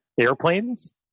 airplanes